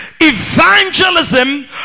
evangelism